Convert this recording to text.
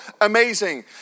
amazing